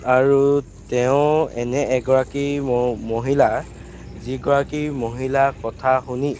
আৰু তেওঁ এনে এগৰাকী মহিলা যিগৰাকী মহিলাৰ কথা শুনি